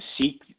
seek